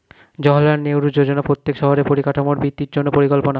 জাওহারলাল নেহেরু যোজনা প্রত্যেক শহরের পরিকাঠামোর বৃদ্ধির জন্য পরিকল্পনা